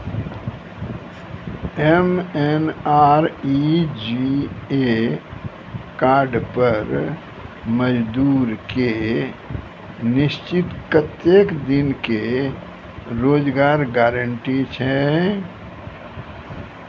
MNREGA card पर मजदुर के निश्चित कत्तेक दिन के रोजगार गारंटी छै?